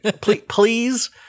Please